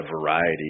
variety